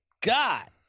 God